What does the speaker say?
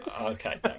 Okay